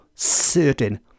certain